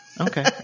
Okay